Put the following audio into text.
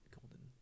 Golden